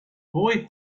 boy